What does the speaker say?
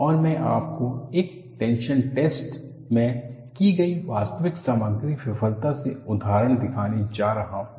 और मैं आपको एक टेंशन टैस्ट में की गई वास्तविक सामग्री विफलता से उदाहरण दिखाने जा रहा हूं